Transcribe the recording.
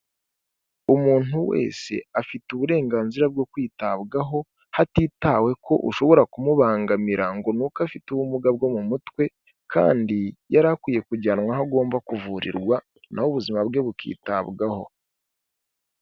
Umuntu wese afite uburenganzira bwo kwitabwaho, hatitawe ko ushobora kumubangamira ngo ni uko afite ubumuga bwo mu mutwe, kandi yari akwiye kujyanwa aho agomba kuvurirwa, na we ubuzima bwe bukitabwaho.